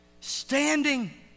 Standing